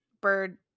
bird